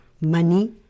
Money